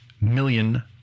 million